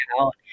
out